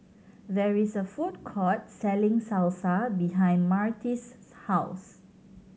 there is a food court selling Salsa behind Martez's house